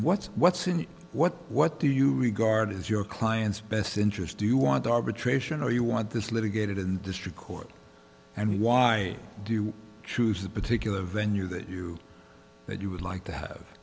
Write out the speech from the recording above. what's what's in it what what do you regard as your client's best interest do you want arbitration or you want this litigated in district court and why do you choose a particular venue that you that you would like to have